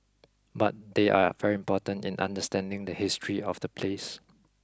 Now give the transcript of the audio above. but they are very important in understanding the history of the place